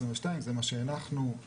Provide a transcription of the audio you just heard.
זה מה שהנחנו,